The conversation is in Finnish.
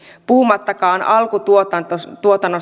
puhumattakaan alkutuotannosta